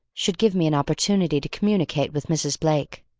should give me an opportunity to communicate with mrs. blake.